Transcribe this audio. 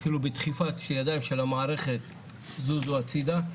אפילו בדחיפת ידיים של המערכת "זוזו הצידה".